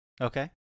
Okay